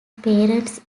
parents